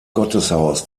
gotteshaus